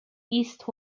east